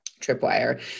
tripwire